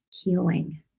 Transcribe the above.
Healing